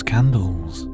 Candles